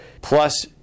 plus